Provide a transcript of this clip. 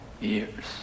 years